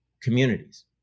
communities